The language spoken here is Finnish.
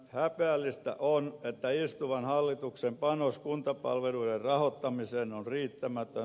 häpeällistä on että istuvan hallituksen panos kuntapalveluiden rahoittamiseen on riittämätön